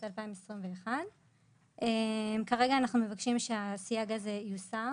2021. כרגע אנחנו מבקשים שהסייג הזה יוסר